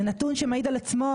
זה נתון שמעיד על עצמו.